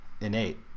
innate